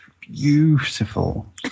beautiful